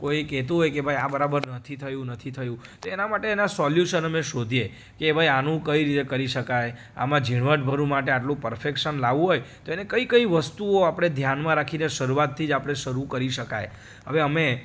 કોઈ કેહતું હોય કે ભાઈ આ બરાબર નથી થયું નથી થયું તો એના માટે એના સોલ્યુસન અમે શોધીએ કે ભાઈ આનું કઈ રીતે કરી શકાય આમાં ઝીણવટભર્યું માટે આટલું પરફેકશન લાવવું હોય તો એને કઈ કઈ વસ્તુઓ આપણે ધ્યાનમાં રાખીને શરૂઆતથી જ આપણે શરૂ કરી શકાય હવે અમે